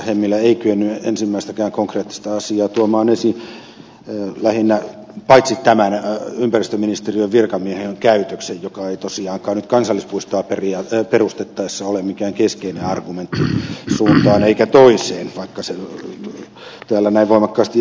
hemmilä ei kyennyt ensimmäistäkään konkreettista asiaa tuomaan esiin paitsi tämän ympäristöministeriön virkamiehen käytöksen joka ei tosiaankaan nyt kansallispuistoa perustettaessa ole mikään keskeinen argumentti suuntaan eikä toiseen vaikka se täällä näin voimakkaasti esiin tuotiinkin